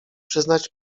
przyznać